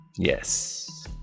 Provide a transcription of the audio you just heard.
Yes